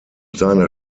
seiner